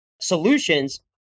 solutions